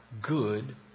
Good